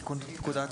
תיקון פקודת